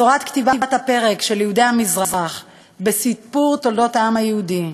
בשורת כתיבת הפרק של יהודי המזרח בסיפור תולדות העם היהודי.